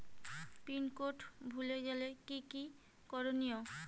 Pin code ভুলে গেলে কি কি করনিয়?